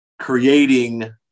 creating